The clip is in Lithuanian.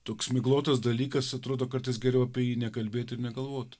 toks miglotas dalykas atrodo kartais geriau apie jį nekalbėt ir negalvot